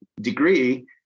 degree